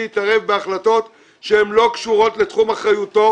יתערב בהחלטות שהן לא קשורות לתחום אחריותו.